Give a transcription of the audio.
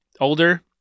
older